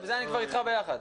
בזה אני אתך ביחד.